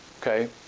Okay